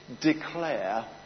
declare